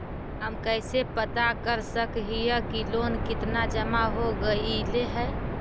हम कैसे पता कर सक हिय की लोन कितना जमा हो गइले हैं?